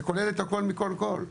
זה כולל את הכל מכל וכל.